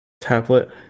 tablet